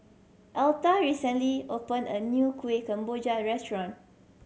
Elta recently opened a new Kuih Kemboja restaurant